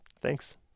Thanks